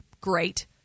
Great